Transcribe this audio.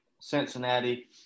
Cincinnati